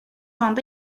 anda